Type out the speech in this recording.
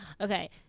Okay